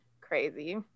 Crazy